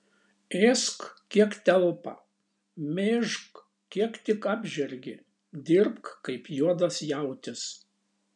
ėsk kiek telpa mėžk kiek tik apžergi dirbk kaip juodas jautis